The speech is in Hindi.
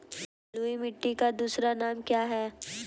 बलुई मिट्टी का दूसरा नाम क्या है?